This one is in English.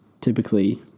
typically